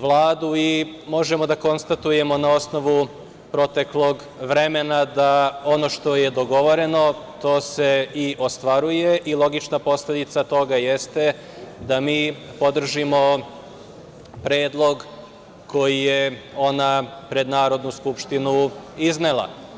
Vladu i možemo da konstatujemo na osnovu proteklog perioda da ono što je dogovoreno, to se i ostvaruje i logično posledica toga jeste da mi podržimo predlog koji je ona pred Narodnu skupštinu iznela.